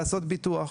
לעשות ביטוח",